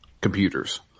computers